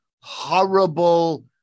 horrible